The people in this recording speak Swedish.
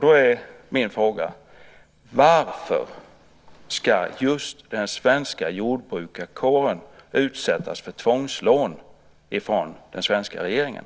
Då är min fråga: Varför ska just den svenska jordbrukarkåren utsättas för tvångslån från den svenska regeringen?